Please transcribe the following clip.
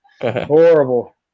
Horrible